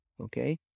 Okay